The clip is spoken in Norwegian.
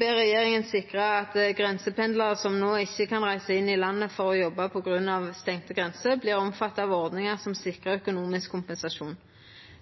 ber regjeringen sikre at grensependlere som nå ikke kan reise inn i landet for å jobbe på grunn av stengte grenser, blir omfattet av ordninger som sikrer økonomisk kompensasjon.»